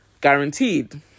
guaranteed